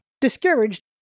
Discouraged